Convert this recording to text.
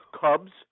Cubs